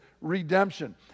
redemption